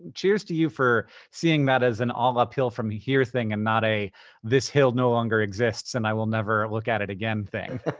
cheers to you for seeing that as an all uphill from here thing and not a this hill no longer exists and i will never look at it again thing.